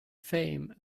fame